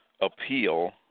appeal